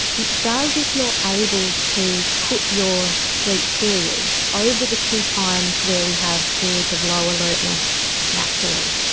it does if you're able to put your sleep periods over the two times where we have periods of low alertness naturally.